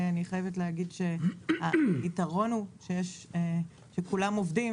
אני חייבת להגיד שהיתרון הוא שכולם עובדים